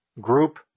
group